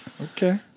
okay